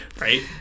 Right